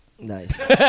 Nice